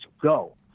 go